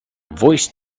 voice